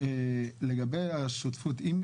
לגבי השותפות, אם